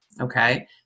okay